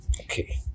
Okay